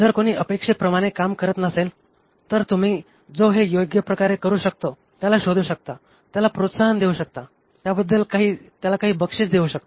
जर कोणी अपेक्षेप्रमाणे काम करत नसेल तर तुम्ही जो हे योग्यप्रकारे करू शकतो त्याला शोधू शकता त्याला प्रोत्साहन देऊ शकता त्याबद्दल त्याला काही बक्षीस देऊ शकता